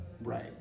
Right